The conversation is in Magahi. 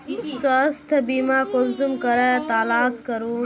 स्वास्थ्य बीमा कुंसम करे तलाश करूम?